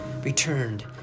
returned